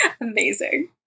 Amazing